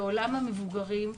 בעולם המבוגרים,